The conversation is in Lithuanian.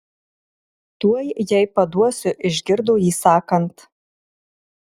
tuoj jai paduosiu išgirdo jį sakant